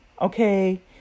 okay